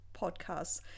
podcasts